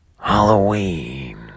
Halloween